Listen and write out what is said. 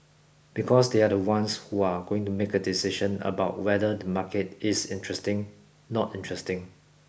because they are the ones who are going to make a decision about whether the market is interesting not interesting